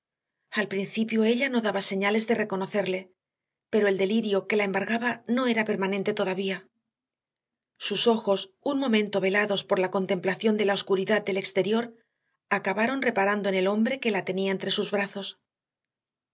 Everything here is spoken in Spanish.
al principio ella no daba señales de reconocerle pero el delirio que la embargaba no era permanente todavía sus ojos un momento velados por la contemplación de la oscuridad del exterior acabaron reparando en el hombre que la tenía entre sus brazos